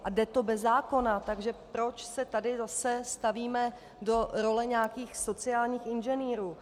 A jde to bez zákona, takže proč se tady zase stavíme do role nějakých sociálních inženýrů?